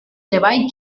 treball